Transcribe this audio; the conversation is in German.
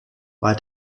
bei